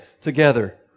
together